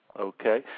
Okay